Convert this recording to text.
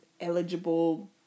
eligible